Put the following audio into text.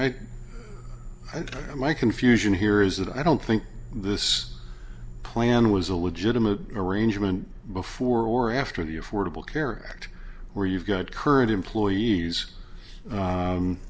and my confusion here is that i don't think this plan was a legitimate arrangement before or after the affordable care act where you've got current employees u